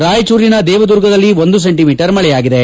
ರಾಯಚೂರಿನ ದೇವದುರ್ಗದಲ್ಲಿ ಒಂದು ಸೆಂಟಿಮೀಟರ್ ಮಳೆಯಾಗಿದೆ